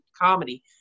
comedy